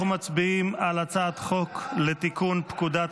אנחנו מצביעים על הצעת חוק לתיקון פקודת